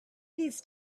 these